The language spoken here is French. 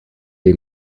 les